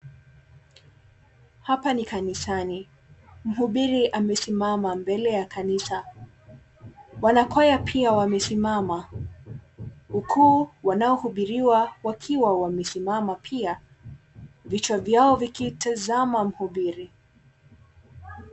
Hapa ni kanisani. Mhubiri amesimama mbele ya kanisa. Wanakwaya pia wamesimama, huku wanaohubiriwa wakiwa wamesimama pia, vichwa vyao vikitazama mhubiri.